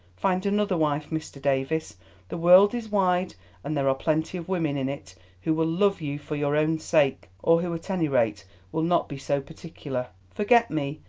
find another wife, mr. davies the world is wide and there are plenty of women in it who will love you for your own sake, or who at any rate will not be so particular. forget me,